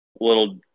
little